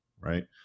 right